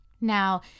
Now